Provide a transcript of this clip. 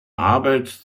arbeit